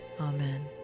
Amen